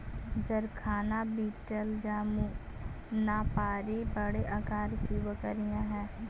जरखाना बीटल जमुनापारी बड़े आकार की बकरियाँ हई